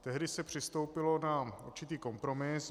Tehdy se přistoupilo na určitý kompromis.